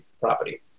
property